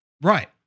Right